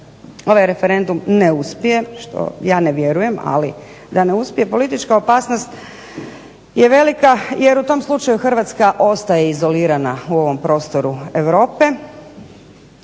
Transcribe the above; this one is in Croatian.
ovaj referendum ne uspije što ja ne vjerujem, ali da ne uspije politička opasnost je velika jer u tom slučaju Hrvatska ostaje izolirana u ovom prostoru Europe,